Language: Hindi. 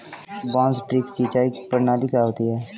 बांस ड्रिप सिंचाई प्रणाली क्या होती है?